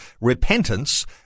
Repentance